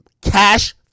cash